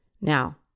now